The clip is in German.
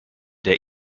der